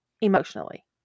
emotionally